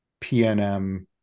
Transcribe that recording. PNM